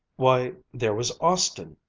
why, there was austin!